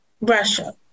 Russia